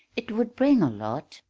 it would bring a lot,